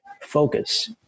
Focus